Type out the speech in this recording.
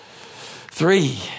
three